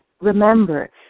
remember